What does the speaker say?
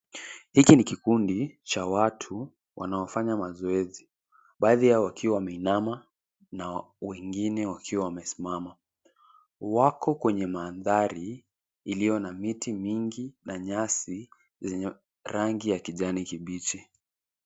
Hiki ni kikundi cha watu wanaofanya mazoezi baadhi yao wakiwa wameinama na wengine wakiwa wamesimama. Wako kwenye mandhari iliyo na miti mingi na nyasi yenye rangi ya kijani kibichi.